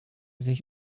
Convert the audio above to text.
sich